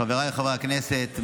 חבריי חברי הכנסת,